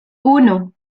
uno